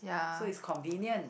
so it's convenient